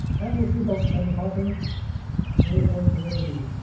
and and we see those pedal partings they looked really